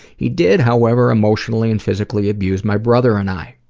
he did, however, emotionally and physically abuse my brother and i.